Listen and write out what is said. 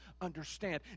understand